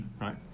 right